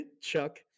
Chuck